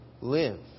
live